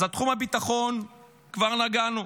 אז בתחום הביטחון כבר נגענו: